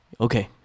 okay